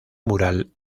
mural